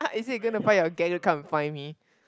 ah is it you gonna find your gang to go and come find me